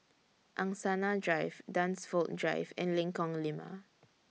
Angsana Drive Dunsfold Drive and Lengkong Lima